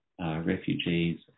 Refugees